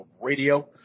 radio